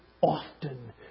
often